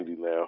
now